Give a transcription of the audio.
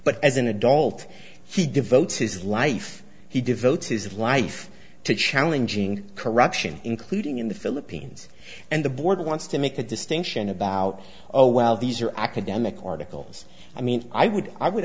but as an adult he devotes his life he devotes his life to challenging corruption including in the philippines and the board wants to make a distinction about oh well these are academic articles i mean i would i would